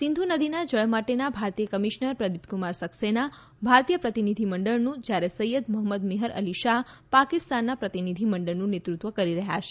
સિંધુ નદીના જળ માટેના ભારતીય કમીશનર પ્રદીપકુમાર સકસેના ભારતીય પ્રતિનીધીમંડળનું જયારે સૈયદ મહંમદ મેહર અલી શાહ પાકિસ્તાનના પ્રતિનીધી મંડળનું નેતૃત્વ કરી રહ્યા છે